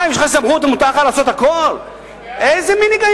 מה, אם יש לך סמכות מותר לך לעשות הכול?